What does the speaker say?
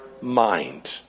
mind